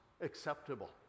acceptable